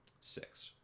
six